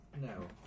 no